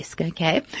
Okay